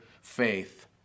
faith